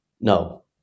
no